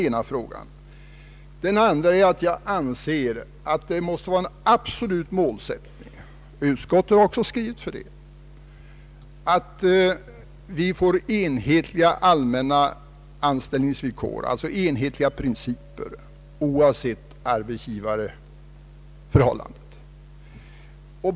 Den andra saken är att jag anser att det måste vara en absolut målsättning — utskottet har även skrivit så — att vi får enhetliga principer för anställningsvillkor oavsett arbetsgivarförhållandena.